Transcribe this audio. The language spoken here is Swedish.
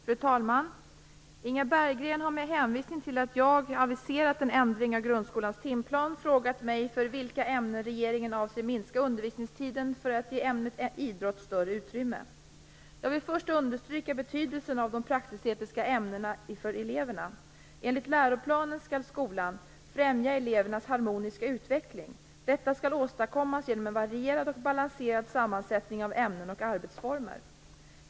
Fru talman! Inga Berggren har med hänvisning till att jag aviserat en ändring av grundskolans timplan frågat mig för vilka ämnen regeringen avser att minska undervisningstiden för att ge ämnet idrott större utrymme. Jag vill först understryka betydelsen av de praktisk/estetiska ämnena för eleverna. Enligt läroplanen skall skolan "främja elevernas harmoniska utveckling. Detta skall åstadkommas genom en varierad och balanserad sammansättning av ämnen och arbetsformer".